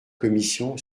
commission